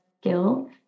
skill